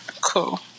cool